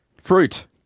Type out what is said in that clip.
Fruit